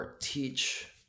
Teach